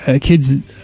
kids